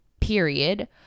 period